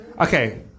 okay